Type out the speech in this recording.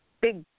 big